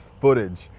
footage